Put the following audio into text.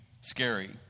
scary